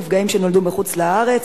נפגעים שנולדו בחוץ-לארץ),